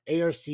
ARC